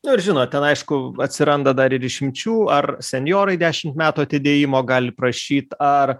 nu ir žinot ten aišku atsiranda dar ir išimčių ar senjorai dešimt metų atidėjimo gali prašyt ar